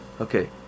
Okay